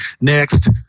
Next